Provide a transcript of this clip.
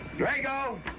drag out